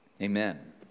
Amen